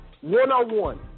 one-on-one